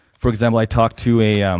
for example, i talked to a